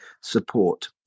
support